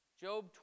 Job